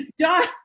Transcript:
John